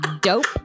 dope